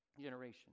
generation